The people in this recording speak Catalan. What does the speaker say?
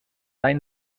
any